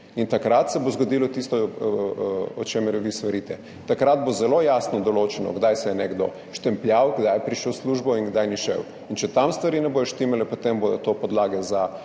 In takrat se bo zgodilo tisto, o čemer vi svarite, takrat bo zelo jasno določeno, kdaj se je nekdo štempljal, kdaj je prišel v službo in kdaj je šel, in če tam stvari ne bodo štimale, potem bodo to podlage za